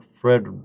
Fred